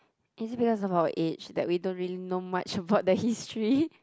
is it because of our age that we don't really know much about the history